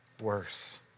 worse